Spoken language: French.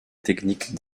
technique